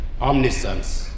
omniscience